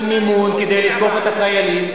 שמקבלים מימון כדי לתקוף את החיילים,